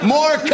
More